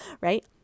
right